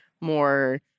more